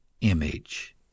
image